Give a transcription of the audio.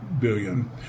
billion